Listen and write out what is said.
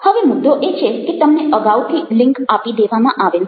હવે મુદ્દો એ છે કે તમને અગાઉથી લિન્ક આપી દેવામાં આવેલ છે